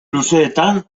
luzeetan